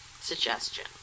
Suggestion